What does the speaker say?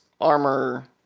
armor